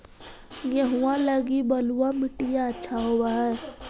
गेहुआ लगी बलुआ मिट्टियां अच्छा होव हैं?